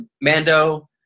Mando